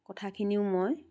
কথাখিনিও মই